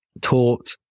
taught